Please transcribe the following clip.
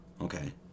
okay